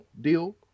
deal